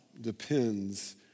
depends